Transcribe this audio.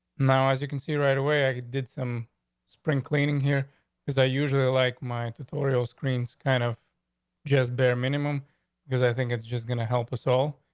now, as you can see right away. i did some spring cleaning here because i usually like my editorial screens kind of just bare minimum because i think it's just gonna help us all.